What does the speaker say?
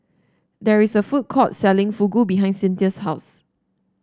there is a food court selling Fugu behind Cynthia's house